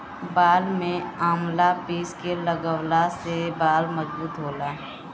बाल में आवंला पीस के लगवला से बाल मजबूत होला